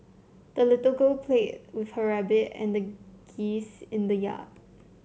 the little girl played with her rabbit and geese in the yard